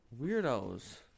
Weirdos